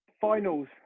finals